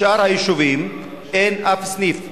בשאר היישובים אין אף סניף.